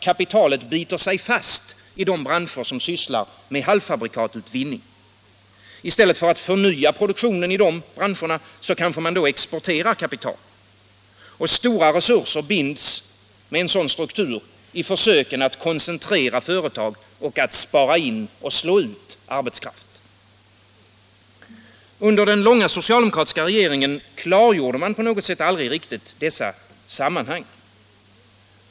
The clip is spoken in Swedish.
Kapitalet biter sig fast vid halvfabrikatutvinningen. I stället för att förnya produktionen, kanske man exporterar kapital. Och stora resurser binds med sådan struktur i försök att koncentrera och spara in och slå ut arbetskraft. Under den långa socialdemokratiska regeringsperioden klargjorde man aldrig riktigt dessa sammanhang.